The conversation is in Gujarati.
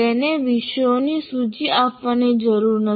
તેને વિષયોની સૂચિ આપવાની જરૂર નથી